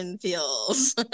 feels